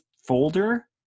folder